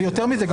ויותר מזה,